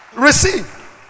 Receive